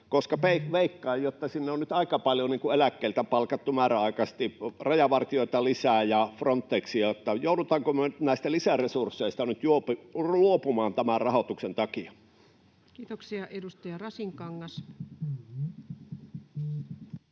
kuulla. Veikkaan, että sinne on nyt aika paljon palkattu määräaikaisesti rajavartijoita lisää eläkkeeltä ja Frontexilta. Joudutaanko me nyt näistä lisäresursseista luopumaan tämän rahoituksen takia? Kiitoksia. — Edustaja Rasinkangas.